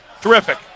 Terrific